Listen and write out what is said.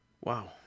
Wow